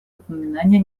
упоминания